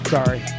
Sorry